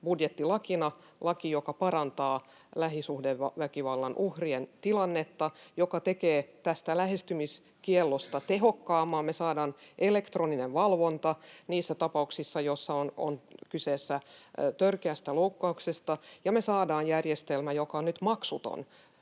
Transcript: budjettilakina laki, joka parantaa lähisuhdeväkivallan uhrien tilannetta, joka tekee tästä lähestymiskiellosta tehokkaamman. Me saadaan elektroninen valvonta niissä tapauksissa, joissa on kyse törkeästä loukkauksesta, ja me saadaan järjestelmä, joka on nyt maksuton